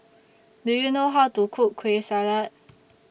Do YOU know How to Cook Kueh Salat